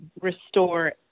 restore